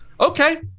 Okay